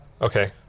Okay